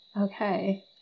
Okay